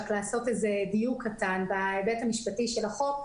לעשות דיוק קטן בהיבט המשפטי של החוק,